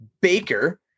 Baker